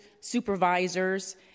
supervisors